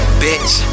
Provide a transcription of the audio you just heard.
bitch